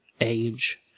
age